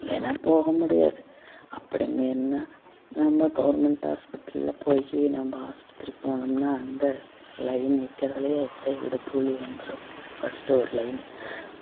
இல்லையின்னா போக முடியாது அப்படியுமேனா நம்ம கவர்மெண்ட் ஹாஸ்பிட்டலில் போய் நம்ம ஹாஸ்ப்பத்திரிக்கு போனோம்ன்னா அங்கே லைன் நிற்கிறதுலயே ஏ ச்சை இடுப்பு வலி வந்துவிடும் ஃபர்ஸ்ட்டு ஒரு லைன்னு